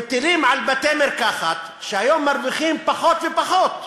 מטילים על בתי-מרקחת, שהיום מרוויחים פחות ופחות,